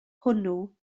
hwnnw